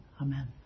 Amen